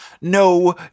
no